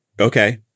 okay